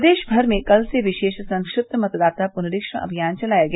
प्रदेश भर में कल से विशेष संक्षिप्त मतदाता पुनरीक्षण अभियान चलाया गया